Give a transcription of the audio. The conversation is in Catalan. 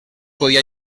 podia